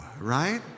right